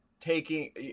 taking